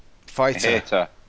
Fighter